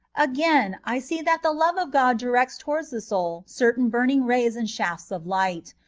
again, i see that the love of god directs towards the soul certain buming rays and shafts of light,